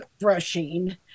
brushing